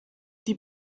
die